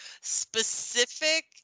specific